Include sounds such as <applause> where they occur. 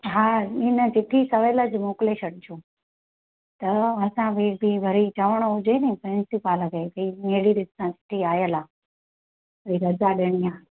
हा इन चिठी सवेल जो मोकिले छॾिजो त असां बि <unintelligible> वरी चवणो हुजे नी <unintelligible> चिठी आयल आहे भई रज़ा ॾियणी आहे